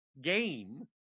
game